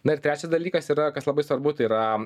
na ir trečias dalykas yra kas labai svarbu tai yra